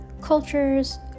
cultures